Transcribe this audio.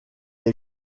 est